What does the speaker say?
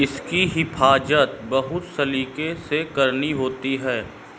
इसकी हिफाज़त बहुत सलीके से करनी होती है